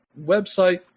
website